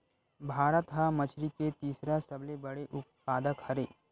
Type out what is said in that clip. भारत हा मछरी के तीसरा सबले बड़े उत्पादक हरे